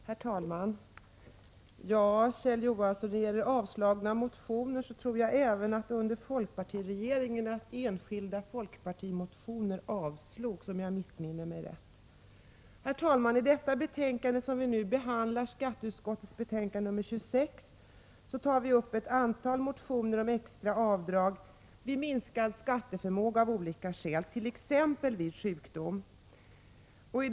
Herr talman! Beträffande avslagna motioner, Kjell Johansson, vill jag säga att jag tror att det även under folkpartiregeringens tid avslogs enskilda folkpartimotioner — om jag inte missminner mig. I det betänkande som vi nu debatterar, skatteutskottets betänkande nr 26, behandlas ett antal motioner om extra avdrag vid av olika skäl minskad skatteförmåga, t.ex. vid sjukdom.